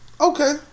Okay